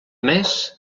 més